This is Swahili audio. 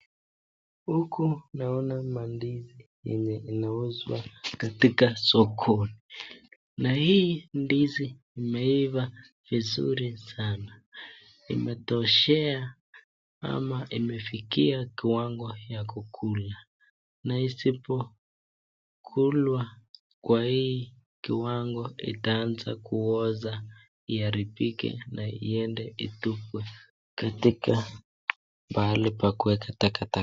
Huku naona mandizi yenye inauzwa katika soko na hii ndizi imeiva vizuri sana imetoshea ama imefikia kiwango ya kukula na isipokulwa kwa hii kiwango itaanza kuoza iharibike na iende itupwe katika pahali pa kuweka taka taka.